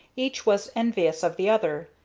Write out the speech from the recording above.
each was envious of the other,